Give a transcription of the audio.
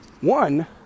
One